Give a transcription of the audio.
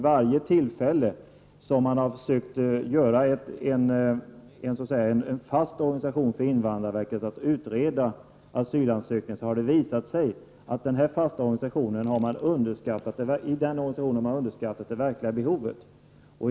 Varje gång som man har försökt att åstadkomma en fast organsation för invandrarverket när det gäller att utreda frågan om asylsökningar har det visat sig att det verkliga behovet underskattats när det gäller denna fasta organisation.